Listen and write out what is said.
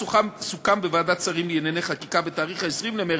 ובמכירה לעוסק היא אף גבוהה מהתשלום נטו.